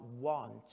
want